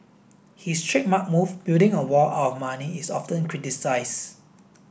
his trademark move building a wall out of money is often criticised